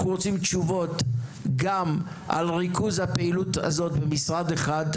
אנחנו רוצים תשובות גם על ריכוז הפעילות הזו במשרד אחד,